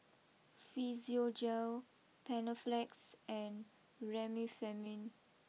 Physiogel Panaflex and Remifemin